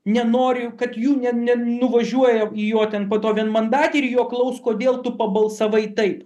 nenori kad jų ne ne nuvažiuoja į juo ten po to vienmandatėj ir jo klaus kodėl tu pabalsavai taip